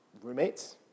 roommates